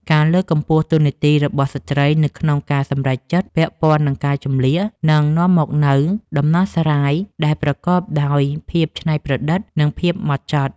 ការលើកកម្ពស់តួនាទីរបស់ស្ត្រីនៅក្នុងការសម្រេចចិត្តពាក់ព័ន្ធនឹងការជម្លៀសនឹងនាំមកនូវដំណោះស្រាយដែលប្រកបដោយភាពច្នៃប្រឌិត និងភាពហ្មត់ចត់។